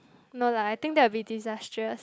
no lah I think that will be disastrous